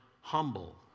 humble